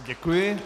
Děkuji.